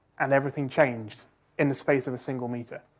and everything changed in the space of a single metre.